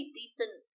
decent